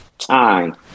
time